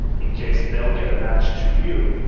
in case they'll get a match to you,